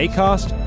Acast